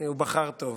הוא בחר טוב.